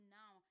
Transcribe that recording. now